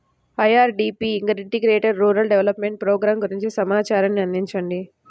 IRDP integrated rural development programme గురించి సమాచారాన్ని అందించండి?